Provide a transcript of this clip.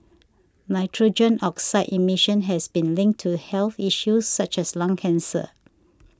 nitrogen oxide emission has been linked to health issues such as lung cancer